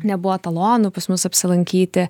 nebuvo talonų pas mus apsilankyti